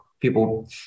people